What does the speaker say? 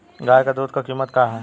गाय क दूध क कीमत का हैं?